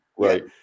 Right